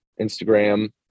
instagram